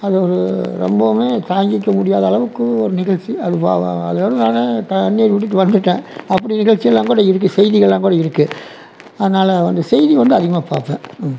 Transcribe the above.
அது ரொம்பவுமே தாங்கிக்க முடியாத அளவுக்கு நிகழ்ச்சி அது அதோட நான் பழையபடிக்கு வந்துட்டேன் அப்படி நிகழ்ச்சி எல்லாம் கூட இருக்குது செய்திகள்லாம் கூட இருக்குது அதனால் அந்த செய்தி வந்து அதிகமாக பார்ப்பேன்